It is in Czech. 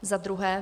Za druhé.